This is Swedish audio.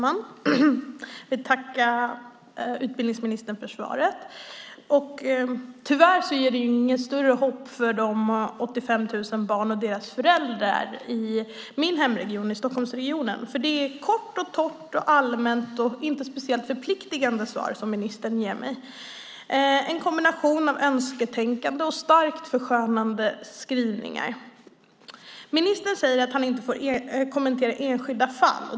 Fru talman! Jag tackar utbildningsministern för svaret. Tyvärr ger svaret inget större hopp för de 85 000 barnen och deras föräldrar i min hemregionen, Stockholmsregionen. Ministerns svar var kort, torrt, allmänt och inte speciellt förpliktande. Det är en kombination av önsketänkande och starkt förskönande skrivningar. Ministern säger att han inte får kommentera enskilda fall.